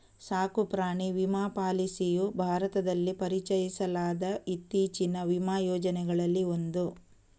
ಸಾಕು ಪ್ರಾಣಿ ವಿಮಾ ಪಾಲಿಸಿಯು ಭಾರತದಲ್ಲಿ ಪರಿಚಯಿಸಲಾದ ಇತ್ತೀಚಿನ ವಿಮಾ ಯೋಜನೆಗಳಲ್ಲಿ ಒಂದು